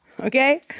Okay